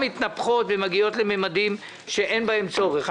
מתנפחות ומגיעות לממדים שאין בהם צורך.